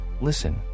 listen